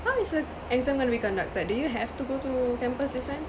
how is the exam going to be conducted do you have to go to campus this time